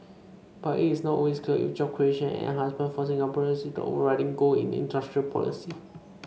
but it is not always clear if job creation and enhancement for Singaporeans is the overriding goal in industrial policy